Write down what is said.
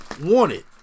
wanted